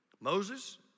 Moses